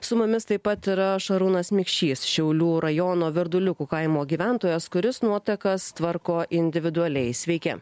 su mumis taip pat yra šarūnas mikšys šiaulių rajono verduliukų kaimo gyventojas kuris nuotekas tvarko individualiai sveiki